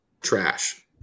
trash